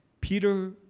Peter